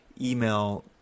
email